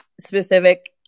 specific